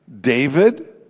David